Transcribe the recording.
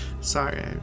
Sorry